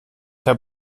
herr